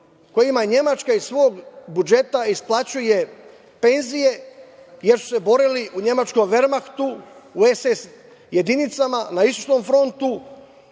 kojima Nemačka iz svog budžeta isplaćuje penzije jer su se borili u nemačkom Vermahtu u SS jedinicama, na istočnom frontu,